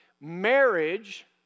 Marriage